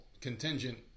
contingent